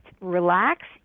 relax